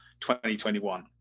2021